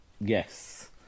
Yes